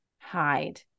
hide